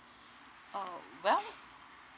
oh well